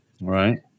Right